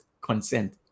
consent